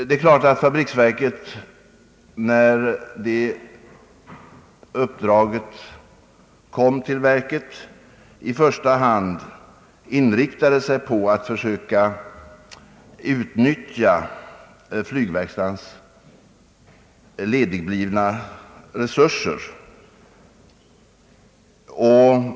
Det är klart att fabriksverket när det fick uppdraget i första hand inriktade sig på att försöka utnyttja flygverkstadens ledigblivna resurser.